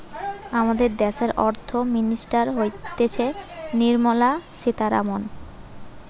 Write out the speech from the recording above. আমাদের দ্যাশের অর্থ মিনিস্টার হতিছে নির্মলা সীতারামন